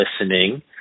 listening